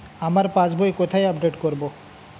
আমার passbook কোথায় update করব?